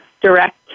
direct